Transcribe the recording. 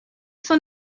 son